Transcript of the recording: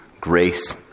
grace